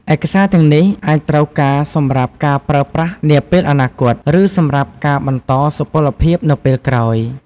ឯកសារទាំងនេះអាចត្រូវការសម្រាប់ការប្រើប្រាស់នាពេលអនាគត ឬសម្រាប់ការបន្តសុពលភាពនៅពេលក្រោយ។